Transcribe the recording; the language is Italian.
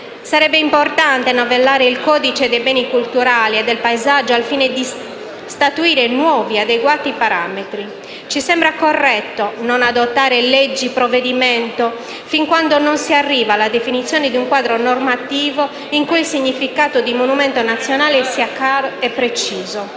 Sarebbe importante novellare il codice dei beni culturali e del paesaggio, al fine di statuire nuovi e adeguati parametri. Ci sembra corretto non adottare leggi provvedimento fin quando non si arrivi alla definizione di un quadro normativo in cui il significato di monumento nazionale sia chiaro e preciso.